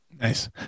nice